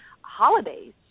holidays